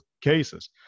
cases